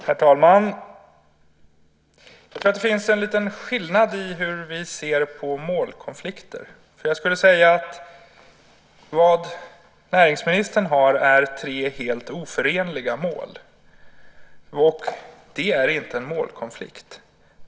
Herr talman! Det finns en skillnad i hur vi ser på målkonflikter. Vad näringsministern har är tre helt oförenliga mål. Det är inte en målkonflikt.